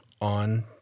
on